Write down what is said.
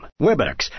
Webex